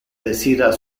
desira